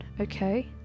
okay